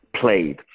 played